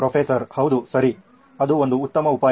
professor ಹೌದು ಸರಿ ಅದು ಒಂದು ಉತ್ತಮ ಉಪಾಯ